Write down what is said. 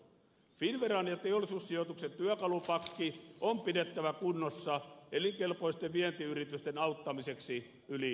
finnveran ja teollisuussijoituksen työkalupakki on pidettävä kunnossa elinkelpoisten vientiyritysten auttamiseksi yli synkän virran